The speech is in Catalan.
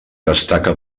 destaca